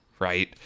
right